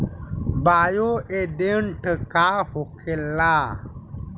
Bio agent का होखेला?